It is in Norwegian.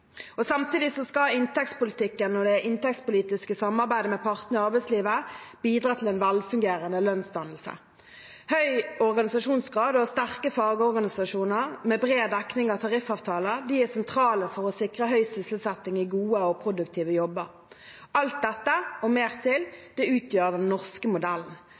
Samtidig skal inntektspolitikken og det inntektspolitiske samarbeidet med partene i arbeidslivet bidra til en velfungerende lønnsdannelse. Høy organisasjonsgrad og sterke fagorganisasjoner med bred dekning av tariffavtaler er sentralt for å sikre høy sysselsetting i gode og produktive jobber. Alt dette og mer til utgjør den norske modellen.